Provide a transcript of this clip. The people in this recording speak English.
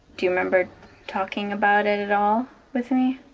do you remember talking about it at all with me?